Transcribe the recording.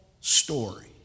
story